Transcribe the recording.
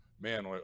man